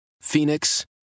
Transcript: Phoenix